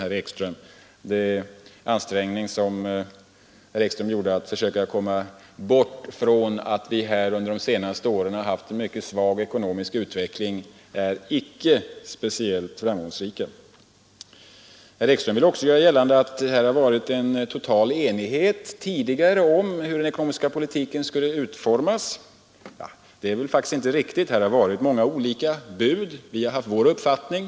Herr Ekströms ansträngningar att försöka komma bort från att vi under de senaste åren har haft en mycket svag ekonomisk utveckling är icke speciellt framgångsrika. Vidare vill herr Ekström göra gällande att det tidigare har rått total enighet om hur den ekonomiska politiken skulle utformas. Det är inte riktigt. Det har varit flera olika bud, och vi har haft vår uppfattning.